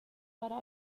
para